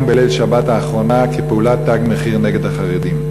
בליל שבת האחרונה כפעולת "תג מחיר" נגד החרדים?